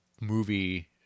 movie